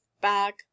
bag